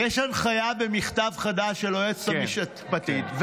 הנחיה ומכתב חדש של היועצת המשפטית.